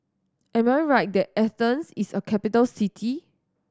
am I right that Athens is a capital city